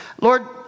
Lord